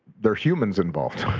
there are humans involved,